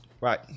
right